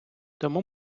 тому